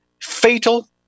fatal